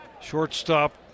Shortstop